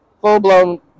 Full-blown